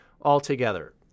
altogether